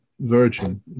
Virgin